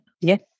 Yes